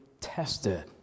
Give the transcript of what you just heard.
tested